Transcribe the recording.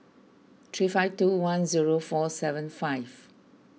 three five two one zero four seven five